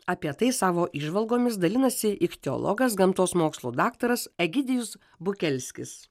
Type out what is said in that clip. apie tai savo įžvalgomis dalinosi ichtiologas gamtos mokslų daktaras egidijus bukelskis